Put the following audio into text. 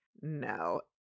no